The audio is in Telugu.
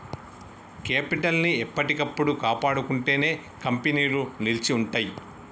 కేపిటల్ ని ఎప్పటికప్పుడు కాపాడుకుంటేనే కంపెనీలు నిలిచి ఉంటయ్యి